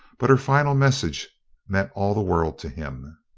but her final message meant all the world to him.